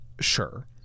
Sure